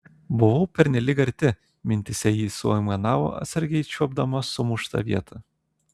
buvau pernelyg arti mintyse ji suaimanavo atsargiai čiuopdama sumuštą vietą